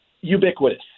ubiquitous